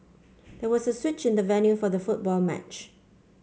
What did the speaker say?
there was a switch in the venue for the football match